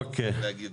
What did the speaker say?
אוקיי.